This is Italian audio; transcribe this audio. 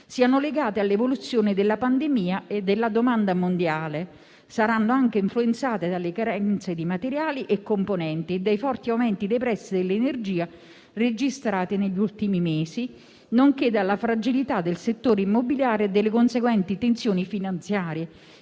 siano legate all'evoluzione della pandemia e della domanda mondiale e saranno anche influenzate dalle carenze di materiali e componenti e dai forti aumenti dei prezzi dell'energia registrati negli ultimi mesi, nonché dalla fragilità del settore immobiliare e dalle conseguenti tensioni finanziarie